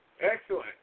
excellent